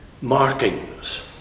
markings